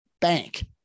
bank